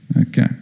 Okay